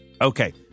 okay